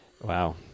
Wow